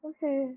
Okay